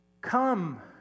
come